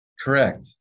Correct